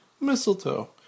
Mistletoe